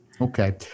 Okay